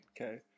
Okay